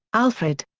alfred.